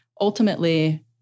ultimately